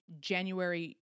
January